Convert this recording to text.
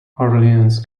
orleans